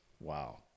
wow